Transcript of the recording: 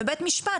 בבית משפט,